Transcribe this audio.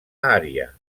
ària